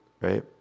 right